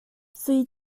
sui